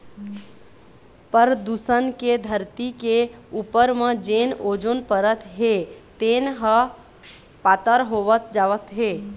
परदूसन के धरती के उपर म जेन ओजोन परत हे तेन ह पातर होवत जावत हे